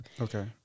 Okay